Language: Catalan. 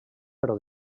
però